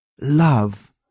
Love